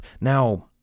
Now